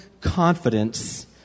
confidence